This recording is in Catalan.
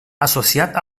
associat